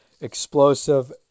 Explosive